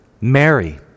Mary